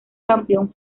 campeón